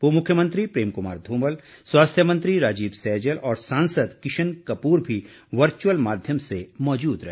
पूर्व मुख्यमंत्री प्रेम कुमार ध्रमल स्वास्थ्य मंत्री राजीव सैजल और सांसद किशन कपूर भी वर्चुअल माध्यम से मौजूद रहे